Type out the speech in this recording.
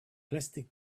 plastic